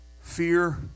fear